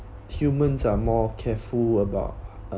humans are more careful about